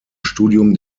studium